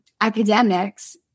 academics